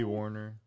Warner